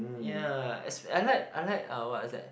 ya as I like I like uh what is that